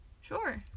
sure